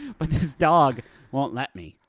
but this dog won't let me.